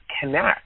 connect